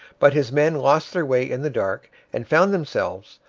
but his men lost their way in the dark and found themselves,